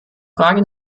frage